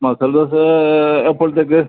masala dosa എപ്പളത്തേക്ക്